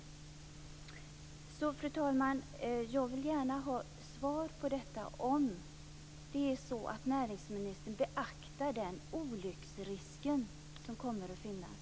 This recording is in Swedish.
Fru talman! Jag vill gärna ha svar på om näringsministern beaktar den olycksrisk som kommer att finnas.